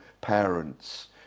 parents